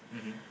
mmhmm